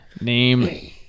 Name